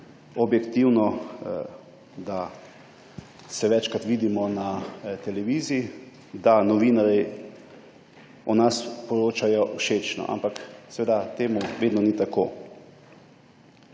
objektivno, da se večkrat vidimo na televiziji, da novinarji o nas poročajo všečno. Ampak seveda temu vedno ni tako.